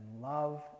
love